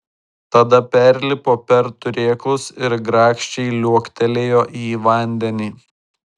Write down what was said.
tada perlipo per turėklus ir grakščiai liuoktelėjo į vandenį